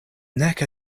nek